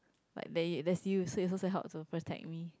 like they they see you so is also help to protect me